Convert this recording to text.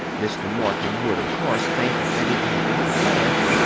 mr. morton would of course think that it had been planned,